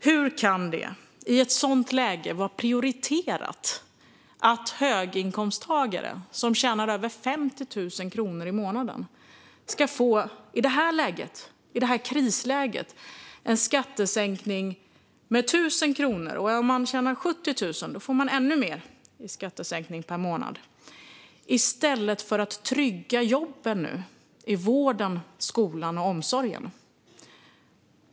Hur kan det i detta krisläge vara prioriterat att höginkomsttagare som tjänar över 50 000 kronor i månaden ska få en skattesänkning med 1 000 kronor - och om man tjänar 70 000 kronor får man ännu mer i skattesänkning per månad - i stället för att trygga jobben i vården, skolan och omsorgen?